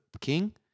king